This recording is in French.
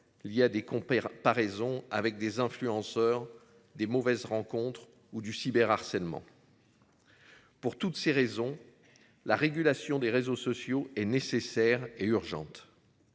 Il y a des on pas raison avec des influenceurs des mauvaises rencontres ou du cyber harcèlement. Pour toutes ces raisons, la régulation des réseaux sociaux est nécessaire et urgente.